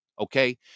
Okay